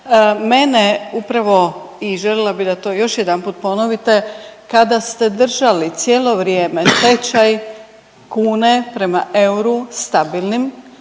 Mene upravo i želila bi da to još jedanput ponovite kada ste držali cijelo vrijeme tečaj kune prema euru stabilnim